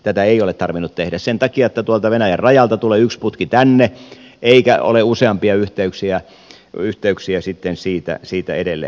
tätä ei ole tarvinnut tehdä sen takia että tuolta venäjän rajalta tulee yksi putki tänne eikä ole useampia yhteyksiä sitten siitä edelleen